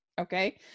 Okay